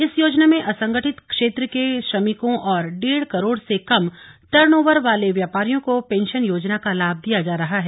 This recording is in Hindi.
इस योजना में असंगठित क्षेत्र के श्रमिकों और डेढ़ करोड़ से कम टर्न ओवर वाले व्यापारियों को पेंशन योजना का लाभ दिया जा रहा है